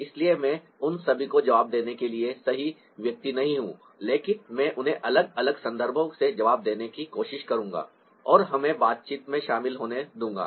इसलिए मैं उन सभी का जवाब देने के लिए सही व्यक्ति नहीं हूं लेकिन मैं उन्हें अलग अलग संदर्भों से जवाब देने की कोशिश करूंगा और हमें बातचीत में शामिल होने दूंगा